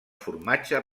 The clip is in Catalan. formatge